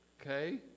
Okay